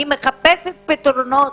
אני מחפשת פתרונות